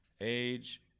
age